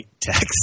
text